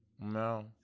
No